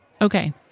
Okay